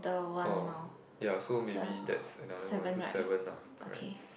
oh ya so maybe that's another one so seven lah correct